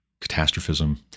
catastrophism